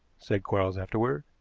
said quarles afterward.